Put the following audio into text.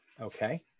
Okay